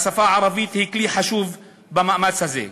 והשפה הערבית היא כלי חשוב במאמץ הזה.